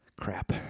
Crap